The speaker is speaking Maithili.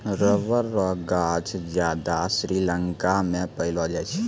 रबर रो गांछ ज्यादा श्रीलंका मे पैलो जाय छै